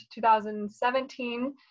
2017